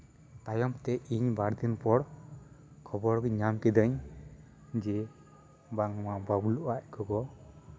ᱛᱟᱭᱚᱢ ᱛᱮ ᱤᱧ ᱵᱟᱨ ᱫᱤᱱ ᱯᱚᱨ ᱠᱷᱚᱵᱚᱨ ᱫᱚᱧ ᱧᱟᱢ ᱠᱤᱫᱟᱹᱧ ᱡᱮ ᱵᱟᱝᱢᱟ ᱵᱟᱹᱵᱽᱞᱩ ᱟᱡ ᱜᱚᱜᱚ